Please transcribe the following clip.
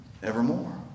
Evermore